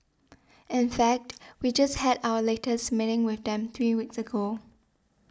in fact we just had our latest meeting with them three weeks ago